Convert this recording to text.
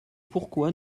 pourquoi